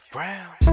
Brown